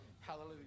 Hallelujah